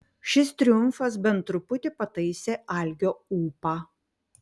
šis triumfas bent truputį pataisė algio ūpą